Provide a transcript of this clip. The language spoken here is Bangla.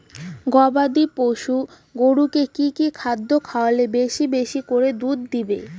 গবাদি পশু গরুকে কী কী খাদ্য খাওয়ালে বেশী বেশী করে দুধ দিবে?